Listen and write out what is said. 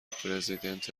پرزیدنت